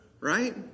Right